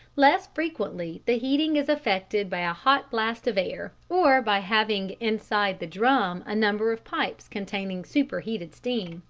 less frequently the heating is effected by a hot blast of air or by having inside the drum a number of pipes containing super-heated steam.